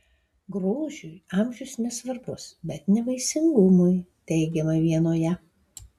grožiui amžius nesvarbus bet ne vaisingumui teigiama vienoje